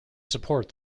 support